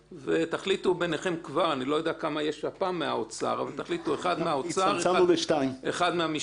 תחליטו ביניכם כבר אחד מהאוצר ואחד מהמשפטים.